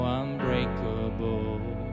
unbreakable